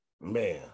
Man